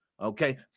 Okay